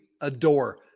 adore